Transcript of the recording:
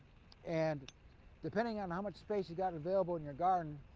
and depending on how much space you've got available in your garden,